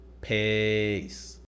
PEACE